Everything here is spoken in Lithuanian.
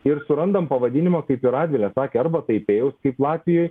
ir surandam pavadinimą kaip ir radvilė sakė arba taipėjaus kaip latvijoj